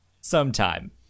sometime